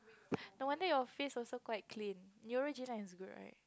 no wonder your face also quite clean neurogen is good right